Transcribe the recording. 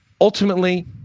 ultimately